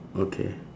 okay